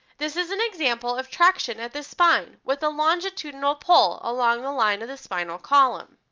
this is an example of traction at the spine, with the longitudinal pole along the line of the spinal column.